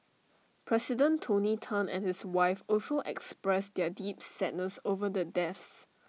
president tony Tan and his wife also expressed their deep sadness over the deaths